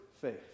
faith